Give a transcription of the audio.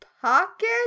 pocket